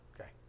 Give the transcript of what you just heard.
Okay